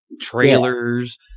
trailers